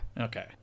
Okay